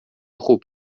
خوب